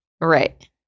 Right